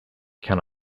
can